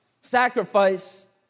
Sacrifice